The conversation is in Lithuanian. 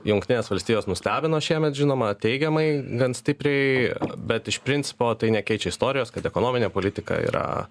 jungtinės valstijos nustebino šiemet žinoma teigiamai gan stipriai bet iš principo tai nekeičia istorijos kad ekonominė politika yra